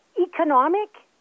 economic